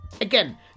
Again